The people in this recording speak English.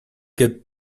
get